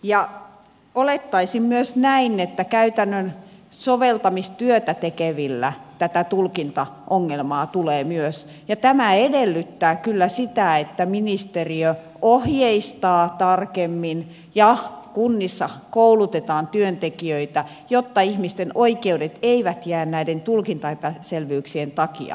ja olettaisin myös näin että käytännön soveltamistyötä tekevillä tätä tulkintaongelmaa tulee myös ja tämä edellyttää kyllä sitä että ministeriö ohjeistaa tarkemmin ja kunnissa koulutetaan työntekijöitä jotta ihmisten oikeudet eivät jää näiden tulkintaepäselvyyksien takia toteutumatta